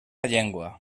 llengua